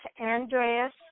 Andreas